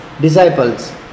disciples